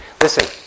Listen